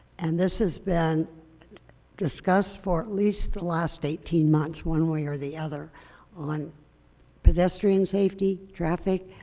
and this has been discussed for at least the last eighteen months one way or the other on pedestrian safety, traffic,